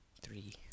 three